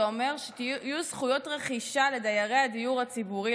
זה אומר שיהיו זכויות רכישה לדיירי הדיור הציבורי,